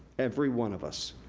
every one of us,